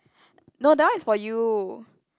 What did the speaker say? no that one is for you